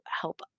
help